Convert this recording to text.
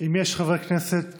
אינה נוכחת